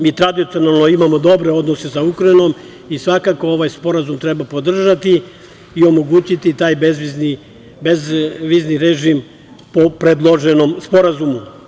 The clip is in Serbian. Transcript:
Mi tradicionalno imamo dobre odnose sa Ukrajinom i svakako ovaj sporazum treba podržati i omogućiti taj bezvizni režim po predloženom sporazumu.